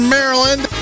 Maryland